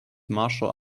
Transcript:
martial